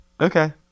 Okay